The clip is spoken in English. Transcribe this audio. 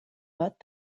but